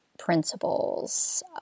principles